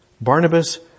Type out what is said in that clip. Barnabas